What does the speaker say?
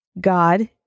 God